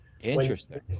interesting